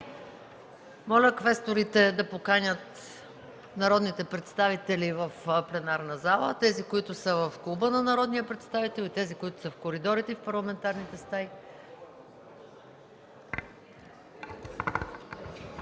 Моля квесторите да поканят народните представители в пленарната зала – тези, които са в клуба на народния представител, и тези, които са в коридорите и в парламентарните стаи.